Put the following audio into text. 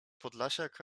podlasiak